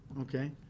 okay